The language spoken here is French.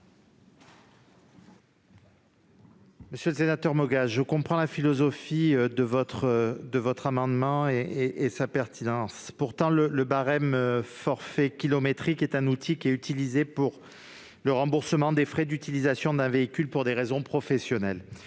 Monsieur Moga, je comprends la philosophie de votre amendement et sa pertinence. Le forfait kilométrique est un outil servant au remboursement des frais d'utilisation d'un véhicule pour des raisons professionnelles.